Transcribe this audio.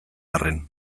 arren